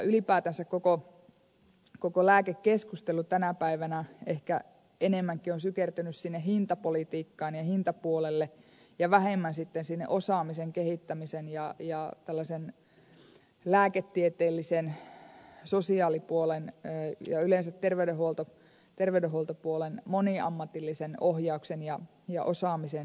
ylipäätänsä koko lääkekeskustelu tänä päivänä ehkä enemmänkin on sykertynyt sinne hintapolitiikkaan ja hintapuolelle ja vähemmän sitten sinne osaamisen kehittämisen ja tällaisen lääketieteellisen sosiaalipuolen ja yleensä terveydenhuoltopuolen moniammatillisen ohjauksen ja osaamisen sektorille